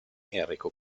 enrico